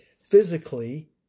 physically